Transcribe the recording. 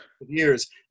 years